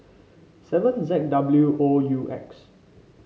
seven Z W O U X